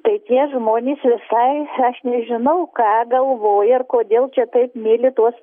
tai tie žmonys visai aš nežinau ką galvoja ir kodėl čia taip myli tuos